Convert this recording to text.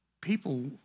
people